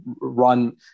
run